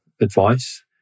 advice